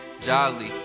Jolly